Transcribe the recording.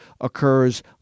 occurs